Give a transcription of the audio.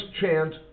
chant